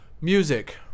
music